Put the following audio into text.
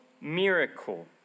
miracle